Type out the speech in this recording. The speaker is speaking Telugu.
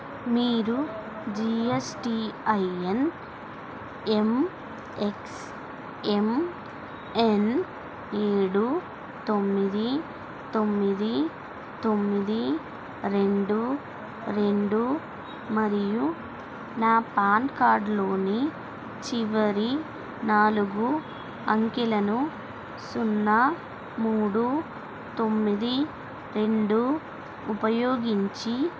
మీరు జీఎస్టీఐఎన్ ఎంఎక్స్ఎంఎన్ ఏడు తొమ్మిది తొమ్మిది తొమ్మిది రెండు రెండు మరియు నా పాన్ కార్డ్లోని చివరి నాలుగు అంకెలను సున్నా మూడు తొమ్మిది రెండు ఉపయోగించి